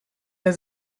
der